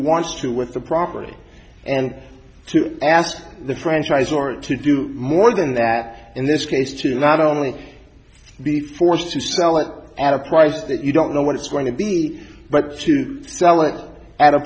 wants to with the property and to ask the franchise or to do more than that in this case to not only be forced to sell it at a price that you don't know what it's going to be but to sell it at a